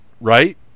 right